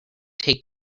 take